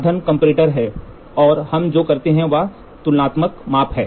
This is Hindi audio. साधन कंपैरेटर है और हम जो करते हैं वह तुलनात्मक माप है